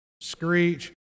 screech